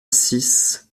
six